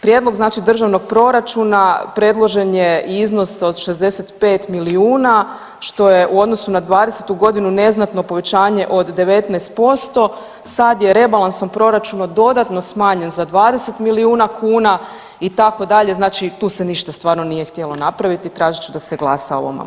Prijedlog znači državnog proračuna predložen je iznos od 65 milijuna, što je u odnosu na '20. g. neznatno povećanje od 19%, sad je rebalansom proračuna dodatno smanjen za 20 milijuna kuna, itd., znači tu se ništa stvarno nije htjelo napraviti, tražit ću da se glasa o ovom amandmanu.